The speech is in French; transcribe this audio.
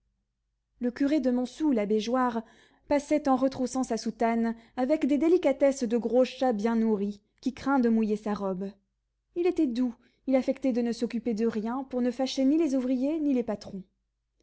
le curé de montsou l'abbé joire passait en retroussant sa soutane avec des délicatesses de gros chat bien nourri qui craint de mouiller sa robe il était doux il affectait de ne s'occuper de rien pour ne fâcher ni les ouvriers ni les patrons